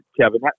Kevin